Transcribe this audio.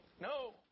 no